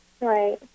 Right